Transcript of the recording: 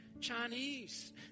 Chinese